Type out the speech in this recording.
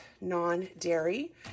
non-dairy